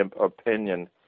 opinion